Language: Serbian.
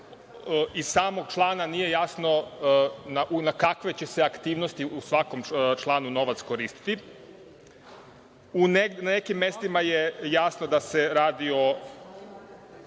Iz samog člana nije jasno na kakvoj će se aktivnosti u svakom članu novac koristiti. Na nekim mestima je jasno da se radi o